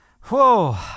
Whoa